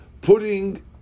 putting